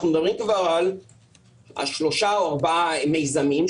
אנחנו מדברים כבר על שלושה או ארבעה מיזמים,